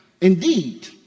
Indeed